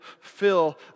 fill